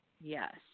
Yes